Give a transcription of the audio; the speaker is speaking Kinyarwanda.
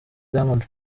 diamond